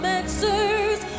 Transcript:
answers